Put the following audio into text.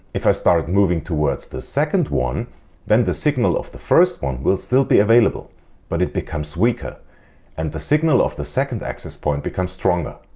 if i start moving towards the second one then the signal of the first one will still be available but it becomes weaker and the signal of the second access point becomes stronger.